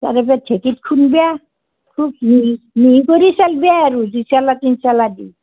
তাৰে পৰা ঢেঁকীত খুন্দিব খুব মিহি মিহি কৰি চালিবা আৰু দুই চালা তিনি চালা দি